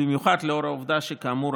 במיוחד לאור העובדה שכאמור,